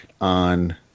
on